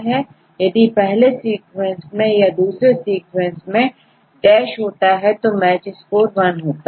यदि पहले सीक्वेंस में या दूसरे सीक्वेंस में dash होता तो मैच स्कोर वन होता